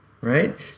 Right